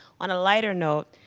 on a lighter note,